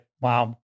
Wow